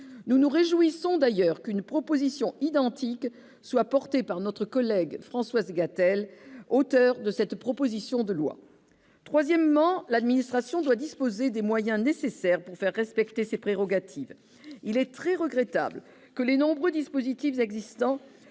Nous nous réjouissons d'ailleurs qu'une proposition identique soit portée par notre collègue Françoise Gatel, auteur de cette proposition de loi. Troisièmement, l'administration doit disposer des moyens nécessaires pour faire respecter ses prérogatives. Il est très regrettable que les nombreux dispositifs existants